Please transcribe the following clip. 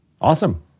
Awesome